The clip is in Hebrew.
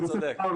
אתה צודק.